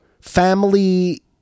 family